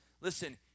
listen